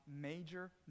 major